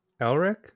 Elric